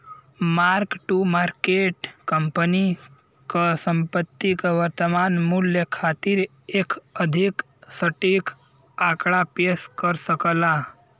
mark to market company क संपत्ति क वर्तमान मूल्य खातिर एक अधिक सटीक आंकड़ा पेश कर सकला